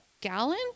gallon